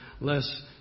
less